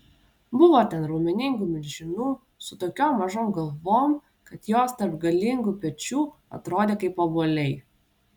buvo ten raumeningų milžinų su tokiom mažom galvom kad jos tarp galingų pečių atrodė kaip obuoliai